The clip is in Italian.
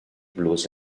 blues